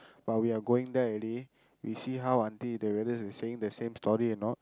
but we are going there already we see how auntie whether they saying the same story or not